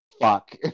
fuck